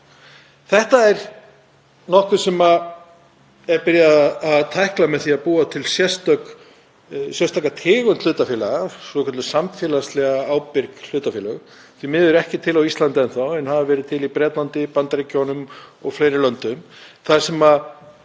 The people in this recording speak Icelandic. Þetta er nokkuð sem farið er að tækla með því að búa til sérstaka tegund hlutafélaga, svokölluð samfélagslega ábyrg hlutafélög. Því miður er þau ekki til á Íslandi enn þá en hafa verið til í Bretlandi, Bandaríkjunum og fleiri löndum þar sem það